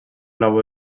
labor